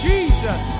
Jesus